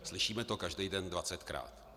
Slyšíme to každý den dvacetkrát.